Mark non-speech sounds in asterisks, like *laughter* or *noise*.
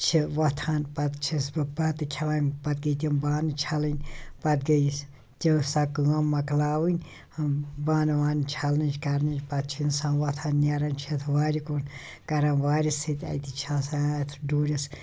چھِ وۄتھان پَتہٕ چھِس بہٕ بَتہٕ کھٮ۪وان پَتہٕ گٔے تِم بانہٕ چھَلٕنۍ پَتہٕ گٔے *unintelligible* تہِ سۄ کٲم مۄکلاوٕنۍ ہُم بانہٕ وانہٕ چھَلنٕچ کَرنٕچ پَتہٕ چھِ اِنسان وۄتھان نیران چھِ اَتھ وارِ کُن کَران وارِ سۭتۍ اَتہِ چھِ آسان یَتھ ڈوٗرِس